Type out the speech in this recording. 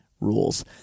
rules